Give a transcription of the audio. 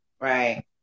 Right